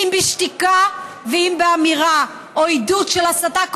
אם בשתיקה ואם באמירה או עידוד של הסתה,